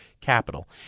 capital